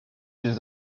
des